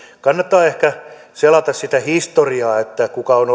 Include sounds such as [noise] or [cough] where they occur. kannattaa ehkä selata sitä historiaa että kuka on [unintelligible]